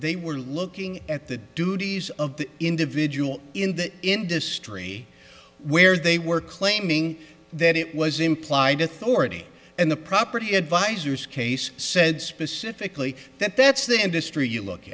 they were looking at the duties of the individual in the industry where they were claiming that it was implied authority and the property advisors case said specifically that that's the industry you look